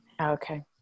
Okay